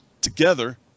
together